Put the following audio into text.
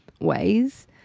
ways